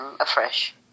afresh